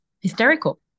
hysterical